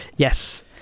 Yes